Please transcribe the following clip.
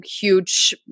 huge